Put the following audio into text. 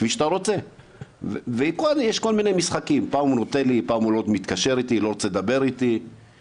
אני לא רואה שמכון